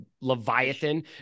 Leviathan